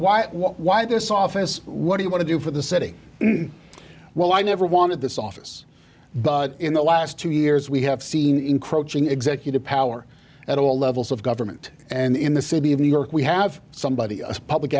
office what do you want to do for the city well i never wanted this office but in the last two years we have seen encroaching executive power at all levels of government and in the city of new york we have somebody a public